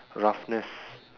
roughness